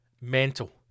mental